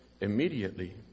immediately